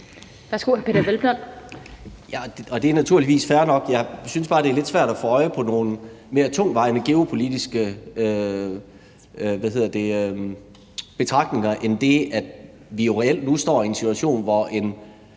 Det er naturligvis fair nok. Jeg synes bare, det er lidt svært at få øje på nogle mere tungtvejende geopolitiske betragtninger end det, at vi jo reelt nu står i en situation, hvor 1